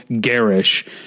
garish